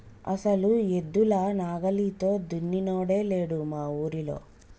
అసలు ఎద్దుల నాగలితో దున్నినోడే లేడు మా ఊరిలో